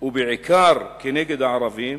ובעיקר נגד הערבים,